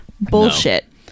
bullshit